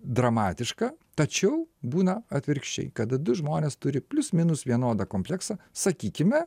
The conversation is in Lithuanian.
dramatiška tačiau būna atvirkščiai kad du žmonės turi plius minus vienodą kompleksą sakykime